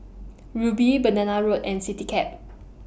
Rubi Banana Road and Citycab